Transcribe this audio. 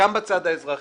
גם בצד האזרחי,